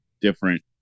different